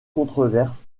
controverse